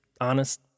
honest